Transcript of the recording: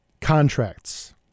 contracts